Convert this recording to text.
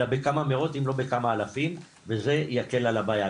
אלא בכמה מאות אם לא בכמה אלפים וזה יקל על הבעיה,